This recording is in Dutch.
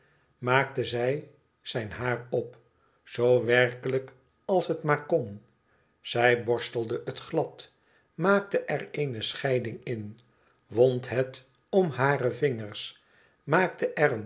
maakte zij zijn haar op zoo werkelijk als het maar kon zij borstelde het glad maakte er eene scheiding in wond het om hare vingers maakte